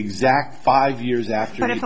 exact five years after h